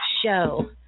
show